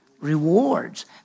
Rewards